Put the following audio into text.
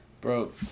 Bro